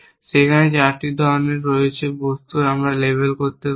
সেখানে 4 ধরণের রয়েছে বস্তুর আমরা লেবেল ব্যবহার করতে পারি